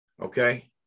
Okay